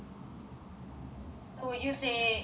so would you say are you a very